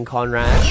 Conrad